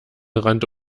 rannte